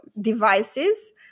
devices